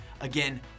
Again